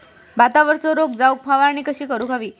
भातावरचो रोग जाऊक फवारणी कशी करूक हवी?